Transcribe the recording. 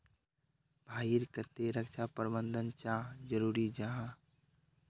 भाई ईर केते रक्षा प्रबंधन चाँ जरूरी जाहा?